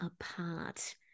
apart